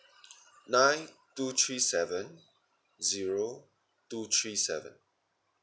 nine two three seven zero two three seven